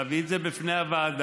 להביא את זה בפני הוועדה.